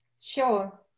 Sure